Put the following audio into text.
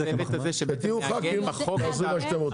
כשתהיו ח"כים תעשו מה שאתם רוצים.